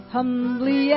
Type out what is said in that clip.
Humbly